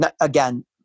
Again